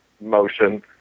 motion